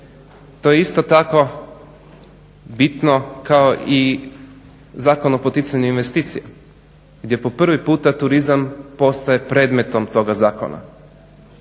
To je isto tako bitno kao i Zakon o poticanju investicija gdje po prvi puta turizam postaje predmetom toga zakona.